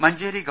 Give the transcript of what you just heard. മഞ്ചേരി ഗവ